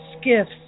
skiffs